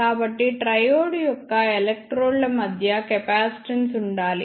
కాబట్టి ట్రైయోడ్ యొక్క ఎలక్ట్రోడ్ల మధ్య కెపాసిటెన్స్ ఉండాలి